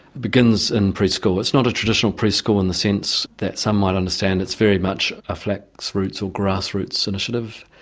begins in preschool. it's not a traditional preschool in the sense that some might understand, it's very much a flaxroots or grassroots initiative,